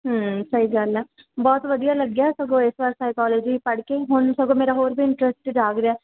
ਸਹੀ ਗੱਲ ਆ ਬਹੁਤ ਵਧੀਆ ਲੱਗਿਆ ਸਗੋਂ ਇਸ ਵਾਰ ਸਾਇਕੋਲੋਜੀ ਪੜ੍ਹ ਕੇ ਹੁਣ ਸਗੋਂ ਮੇਰਾ ਹੋਰ ਵੀ ਇੰਟਰਸਟ ਜਾਗ ਰਿਹਾ